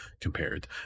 compared